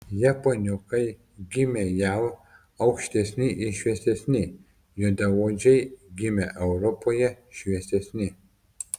japoniukai gimę jav aukštesni ir šviesesni juodaodžiai gimę europoje šviesesni